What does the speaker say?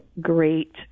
great